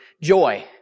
Joy